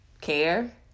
care